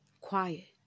quiet